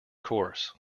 course